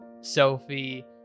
sophie